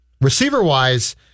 Receiver-wise